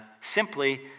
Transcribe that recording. simply